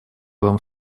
вам